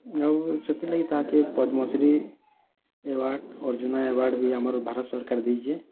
ଆଉ ସେଥିର୍ ଲାଗି ତାହାକେ ପଦ୍ମଶ୍ରୀ ଆୱାଡ଼୍ ଅର୍ଜୁନ ଆୱାଡ଼୍ ବି ଆମର ଭାରତ ସରକାର ଦେଇଛି